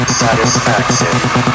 satisfaction